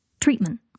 Treatment